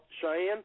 Cheyenne